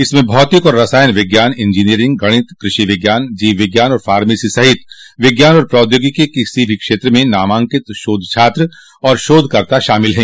इसमें भौतिक और रसायन विज्ञान इंजीनियरिंग गणित कृषि विज्ञान जीव विज्ञान और फार्मेसी सहित विज्ञान और प्रौद्योगिकी के किसी भी क्षेत्र में नामांकित शोध छात्र और शोधकर्ता शामिल हैं